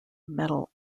metal